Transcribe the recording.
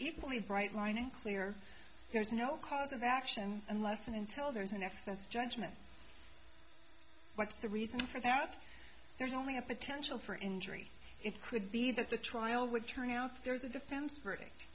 equally bright line and clear there's no cause of action unless and until there is an excess judgment what's the reason for that if there's only a potential for injury it could be that the trial would turn out there's a defense verdict